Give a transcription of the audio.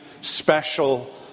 special